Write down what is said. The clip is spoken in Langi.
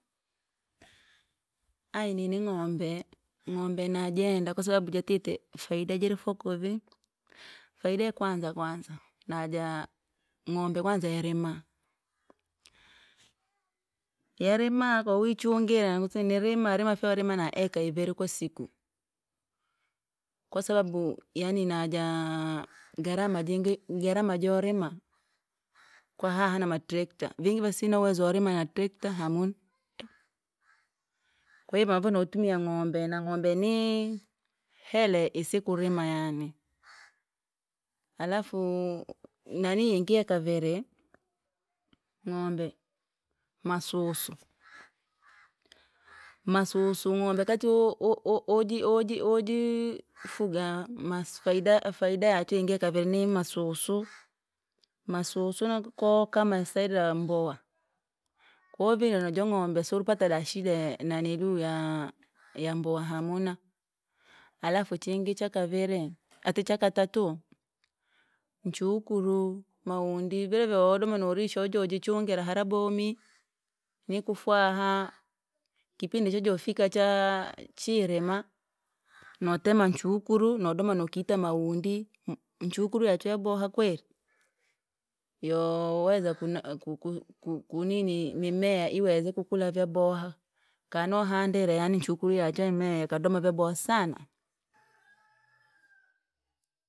Ayi nini ng'ombe, ng'ombe najende kwasababu jatite faida jirifoko vii, faida ya kwanza kwanza naja; ng’ombe kwanza yarime, yarima! Kowichungire nguti nirima rima faurime naelka ivin kwa siku. Kwa sababu yaani najaa! Garama jingi garama jorima, kwahaha namatrekta, vingi nasina uwezo worima natrekta hamuna, kwa hiyo mavene tunia ng’ombe na ngombe ni- hele isi- kurima yaani. Halafu nanii yingi yakavere, ng'ombe masusu, masusu ng'ombe kati wo- wo- wo- woji woji wojifuga masi faida faida yachingi yakavini masusu. Masusu nakuko kama yasaidira wambowa, kawavire najo ng'ombe suripate dashida ya- naniluu ya- yambowa hamuna, alafu chingi cha kaviri, ati cha katatuu, nchukuru mawundi vira vewadoma narisha wojajichungira hara bomi! Nikufwaha, kipindi chojofika cha- chirima, notema nchukuru, nodema nokita mawandi, nhu- nchukuru yachu yaboha kweri? Yoweza kuna kuku kukuini mimea iweze kukula vyaboha, kani wahandire nchekuru yachu mimea yakodome vyaboha sana.